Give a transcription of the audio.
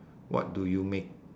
what do you make